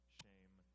shame